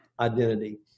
identity